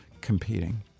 competing